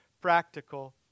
practical